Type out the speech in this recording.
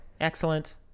Excellent